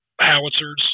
howitzers